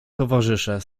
towarzysze